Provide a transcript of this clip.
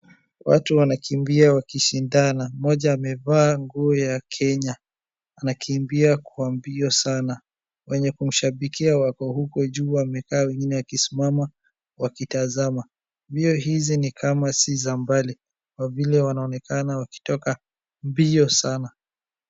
Watu wanakimbia wakishindana. Mmoja amevaa nguo ya Kenya anakimbia kwa mbio sana. Wenye kumshabikia wako huko juu wamekaa, wengine wakisimama wakitazama. Mbio hizi ni kama si za mbali kwa vile wanaonekaa wakitoka mbio sana.